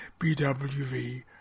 BWV